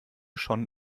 schon